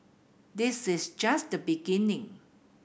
this is just the beginning